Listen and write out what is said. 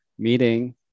meeting